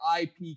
IP